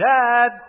dad